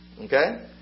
Okay